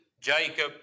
Jacob